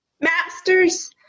Masters